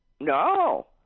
No